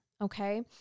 okay